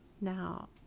Now